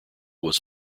was